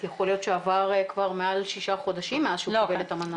אז יכול להיות שעבר כבר מעל שישה חודשים מאז שהוא קיבל את המנה השנייה.